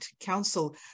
Council